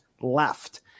left